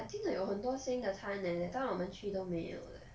I think like 有很多新的餐 leh 你带我们去都没有 leh